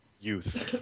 youth